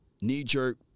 knee-jerk